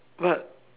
but